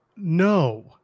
No